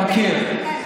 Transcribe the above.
כן, מכיר.